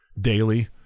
daily